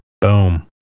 Boom